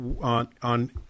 on